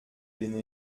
bin